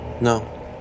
No